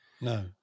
No